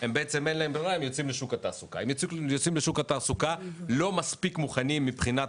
אני מציע, אדוני, להזמין לכאן את